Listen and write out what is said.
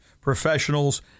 professionals